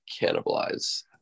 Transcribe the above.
cannibalize